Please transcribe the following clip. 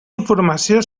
informació